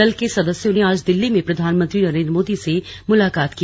दल के सदस्यों ने आज दिल्ली में प्रधानमंत्री नरेंद्र मोदी से मुलाकात की